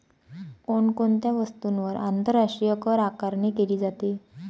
कोण कोणत्या वस्तूंवर आंतरराष्ट्रीय करआकारणी केली जाते?